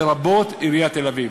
לרבות עיריית תל-אביב.